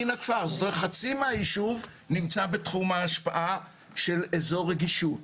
שחצי מהיישוב נמצא בתחום ההשפעה של אזור רגישות.